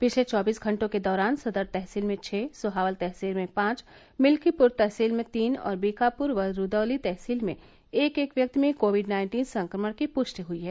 पिछले चौबीस घंटों के दौरान सदर तहसील में छं सोहावल तहसील में पांच मिल्कीपुर तहसील में तीन और बीकापुर व रूदौली तहसील में एक एक व्यक्ति में कोविड नाइन्टीन संक्रमण की पुष्टि हुई है